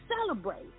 celebrate